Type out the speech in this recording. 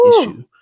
issue